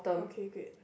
okay great